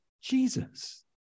Jesus